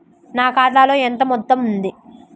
నా ఖాతాలో ఎంత మొత్తం ఉంది?